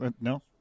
No